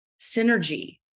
synergy